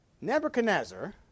Nebuchadnezzar